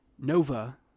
Nova